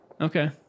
Okay